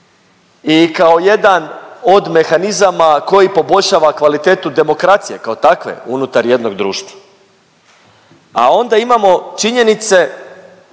i kao jedan od mehanizama koji poboljšava kvalitetu demokracije kao takve unutar jednog društva. A onda imamo činjenice,